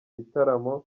gitaramo